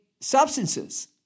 substances